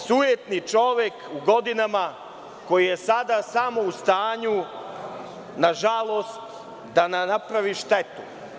Sujetni čovek u godina koji je sada samo u stanju nažalost da nam napravi štetu.